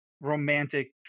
romantic